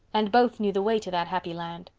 and both knew the way to that happy land.